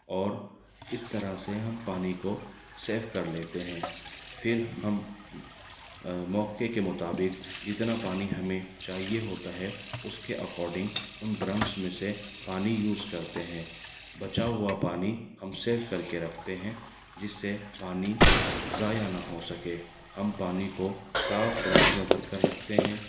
اور اس طرح سے ہم پانی کو سیف کر لیتے ہیں پھر ہم موقعے کے مطابق جتنا پانی ہمیں چاہیے ہوتا ہے اس کے اکارڈنگ ان ڈرمس میں سے پانی یوز کرتے ہیں بچا ہوا پانی ہم سیو کر کے رکھتے ہیں جس سے پانی ضائع نہ ہو سکے ہم پانی کو صاف ڈرم میں بھر کر رکھتے ہیں